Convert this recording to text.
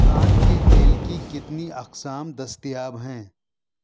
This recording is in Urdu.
کان کے تیل کی کتنی اقسام دستیاب ہیں